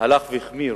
הולך ומחמיר